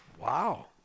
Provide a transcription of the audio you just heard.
Wow